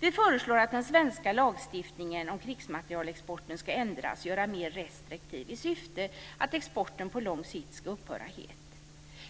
Vi föreslår att den svenska lagstiftningen om krigsmaterielexporten ska ändras och göras mer restriktiv i syfte att exporten på lång sikt ska upphöra helt.